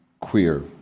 queer